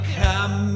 come